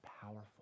powerful